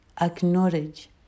acknowledge